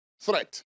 threat